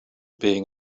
being